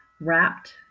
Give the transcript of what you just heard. wrapped